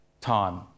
time